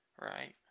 Right